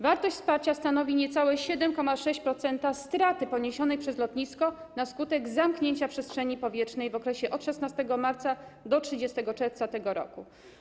Wartość wsparcia stanowi niecałe 7,6% straty poniesionej przez lotnisko na skutek zamknięcia przestrzeni powietrznej w okresie od 16 marca do 30 czerwca tego roku.